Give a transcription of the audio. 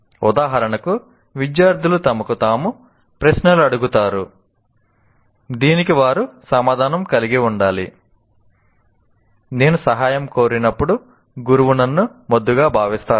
ఉదాహరణకు విద్యార్థులు తమకు తాము ప్రశ్నలు అడుగుతారు దీనికి వారు సమాధానం కలిగి ఉండాలి నేను సహాయం కోరినప్పుడు గురువు నన్ను మొద్దుగా భావిస్తారా